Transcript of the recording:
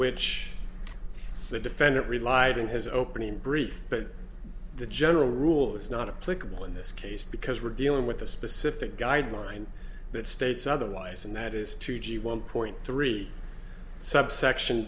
which the defendant relied in his opening brief but the general rule is not a political in this case because we're dealing with a specific guideline that states otherwise and that is two g one point three s